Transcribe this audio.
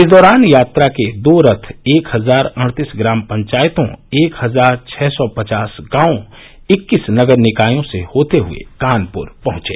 इस दौरान यात्रा के दो रथ एक हजार अड़तीस ग्राम पंचायतों एक हजार छह सौ पचास गांवों इक्कीस नगर निकायों से होते हुए कानपुर पहुंचे